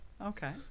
Okay